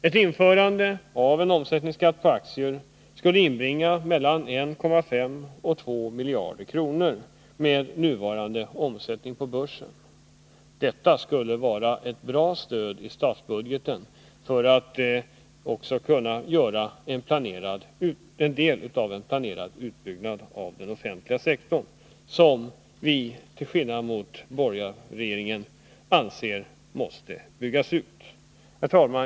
Ett införande av en omsättningsskatt på aktier skulle inbringa mellan 1,5 och 2 miljarder kronor med nuvarande omsättning på börsen. Detta skulle vara ett bra stöd till statsbudgeten för att man skall kunna genomföra en del av en planerad utbyggnad av den offentliga sektorn. Till skillnad mot borgarregeringen anser vi att den offentliga sektorn måste byggas ut. Herr talman!